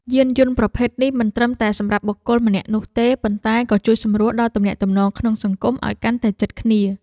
យានយន្តប្រភេទនេះមិនត្រឹមតែសម្រាប់បុគ្គលម្នាក់នោះទេប៉ុន្តែក៏ជួយសម្រួលដល់ទំនាក់ទំនងក្នុងសង្គមឱ្យកាន់តែជិតគ្នា។